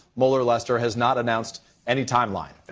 mueller, lester, has not announced any timeline.